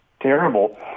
terrible